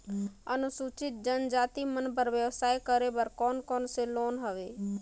अनुसूचित जनजाति मन बर व्यवसाय करे बर कौन कौन से लोन हवे?